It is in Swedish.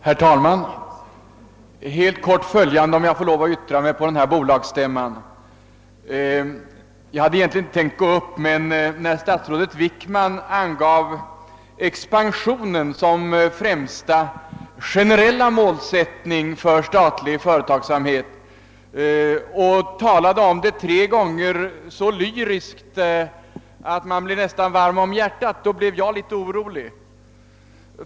Herr talman! Helt kort följande, om jag får lov att yttra mig på denna bolagsstämma! Jag hade inte tänkt gå upp i debatten, men när statsrådet Wickman angav expansionen som främsta generella målsättning för statlig företagsamhet och tre gånger talade om det så lyriskt, att man nästan blev varm om hjärtat, kände jag mig litet orolig.